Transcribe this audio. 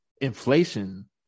inflation